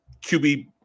QB